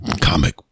Comic